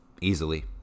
easily